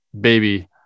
baby